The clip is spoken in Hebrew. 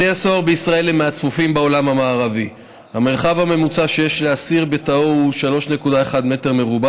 התשע"ט 2018, לקריאה שנייה ושלישית.